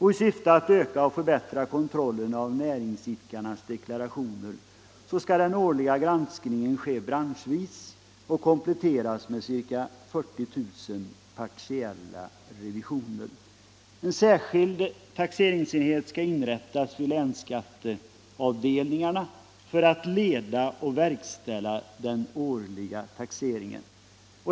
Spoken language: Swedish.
I syfte att öka och för bättra kontrollen av näringsidkarnas deklarationer skall den årliga granskningen ske branschvis och kompletteras med ca 40 000 partiella revisioner. En särskild taxeringsenhet skall inrättas i länsskatteavdelningarna för att leda och verkställa den årliga taxeringen.